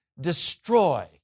destroy